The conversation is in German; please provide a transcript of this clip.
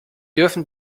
dürfen